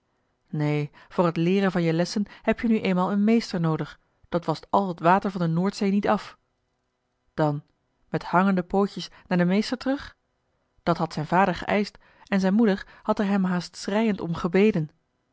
neen voor het leeren van je lessen heb-je nu eenmaal een meester noodig dat wascht al het water van de noordzee niet af dan met hangende pootjes naar den meester terug dat had z'n vader geëischt en zijn moeder had er hem haast schreiend om gebeden